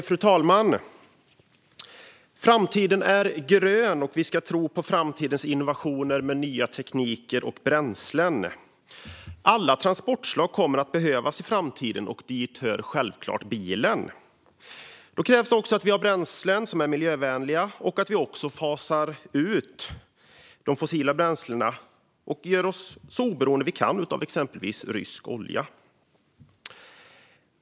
Fru talman! Framtiden är grön, och vi ska tro på framtidens innovationer med nya tekniker och bränslen. Alla transportslag kommer att behövas i framtiden, och dit hör självklart bilen. Då krävs det också att vi har bränslen som är miljövänliga och att vi fasar ut de fossila bränslena och gör oss så oberoende vi kan av exempelvis rysk olja.